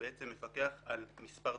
והוא מפקח על מספר תחומים: